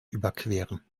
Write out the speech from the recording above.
überqueren